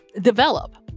develop